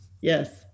Yes